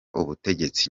ubutegetsi